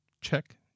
check